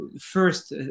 first